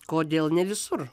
kodėl ne visur